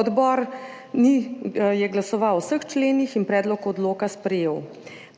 Odbor je glasoval o vseh členih in predlog odloka sprejel.